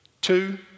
two